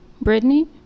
Brittany